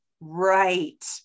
Right